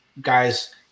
guys